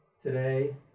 today